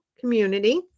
community